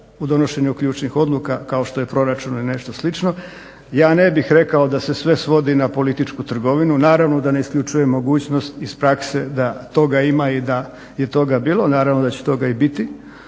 u donošenju ključnih odluka kao što je proračun ili nešto slično. Ja ne bih rekao da se sve svodi na političku trgovinu, naravno da ne isključuje mogućnost iz prakse da toga ima i da je toga bilo, naravno da će toga i biti,